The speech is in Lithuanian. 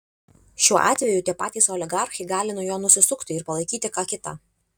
šiuo atveju tie patys oligarchai gali nuo jo nusisukti ir palaikyti ką kitą